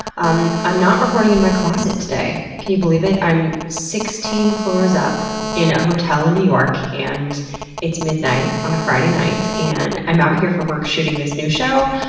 um i'm not recording in my closet today. can you believe it? i'm sixteen floors up in a hotel in new york. and it's midnight on a friday night and i'm out here for work shooting this new show.